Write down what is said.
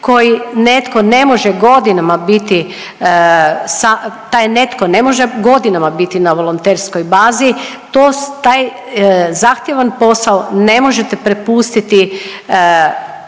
taj netko ne može godinama biti na volonterskoj bazi, to se, taj zahtjeva posao ne možete prepustiti